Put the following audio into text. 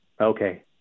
Okay